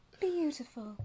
Beautiful